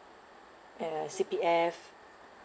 and uh C_P_F